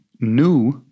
New